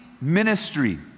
ministry